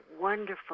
wonderful